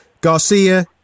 Garcia